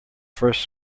first